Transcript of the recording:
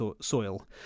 soil